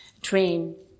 train